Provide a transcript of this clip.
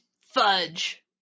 fudge